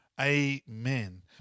amen